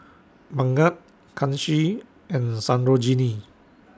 Bhagat Kanshi and Sarojini